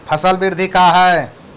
फसल वृद्धि का है?